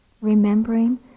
Remembering